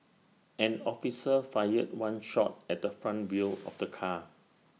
an officer fired one shot at the front wheel of the car